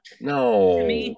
No